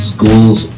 Schools